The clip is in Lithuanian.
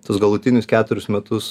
tuos galutinius keturis metus